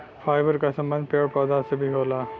fibre क संबंध पेड़ पौधा से भी होला